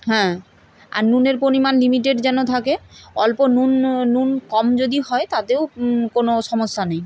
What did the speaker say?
হ্যাঁ আর নুনের পরিমাণ লিমিটেড যেন থাকে অল্প নুন নুন কম যদি হয় তাতেও কোনো সমস্যা নেই